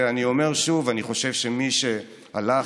ואני אומר שוב: אני חושב שמי שהלך